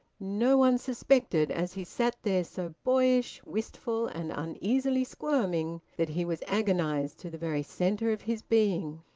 no one suspected, as he sat there, so boyish, wistful, and uneasily squirming, that he was agonised to the very centre of his being.